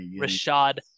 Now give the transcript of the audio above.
Rashad